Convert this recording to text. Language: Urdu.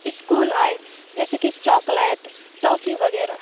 اسکول آئے جیسے کہ چاکلیٹ ٹافی وغیرہ